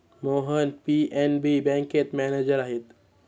Mohan PNB बँकेत manager आहेत